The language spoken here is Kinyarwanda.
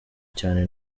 cyane